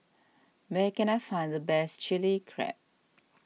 where can I find the best Chilli Crab